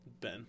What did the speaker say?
Ben